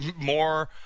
more